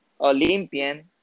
Olympian